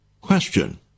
Question